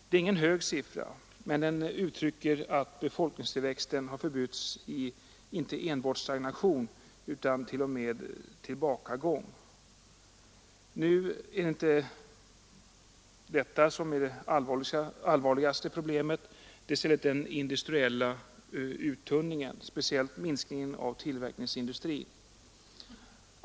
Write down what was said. Det är ingen hög siffra, men den uttrycker att befolkningstillväxten har förbytts i inte enbart stagnation utan t.o.m. tillbakagång. Nu är det inte detta som är det allvarligaste problemet. Det är i stället den industriella uttunningen, speciellt minskningen av tillverkningsindustrin.